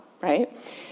right